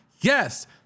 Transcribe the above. Yes